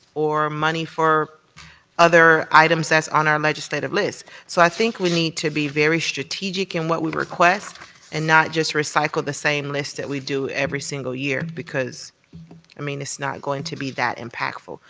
or money for other items that's on our legislative list. so i think we need to be very strategic in what we request and not just recycle the same list that we do every single year, because i mean, it's not going to be that impactful.